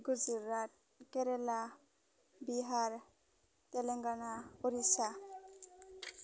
Gujarat Kerala Bihar Telangana Orissa